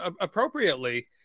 appropriately